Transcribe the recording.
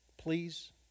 please